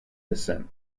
descent